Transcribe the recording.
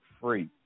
free